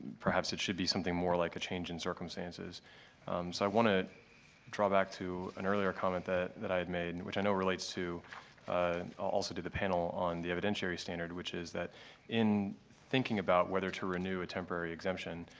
perhaps it should be something more like a change in circumstances. so i want to draw back to an earlier comment that i've made, and which i know relates to also to the panel on the evidentiary standard, which is that in thinking about whether to renew a temporary exemption,